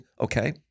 Okay